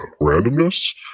randomness